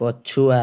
ପଛୁଆ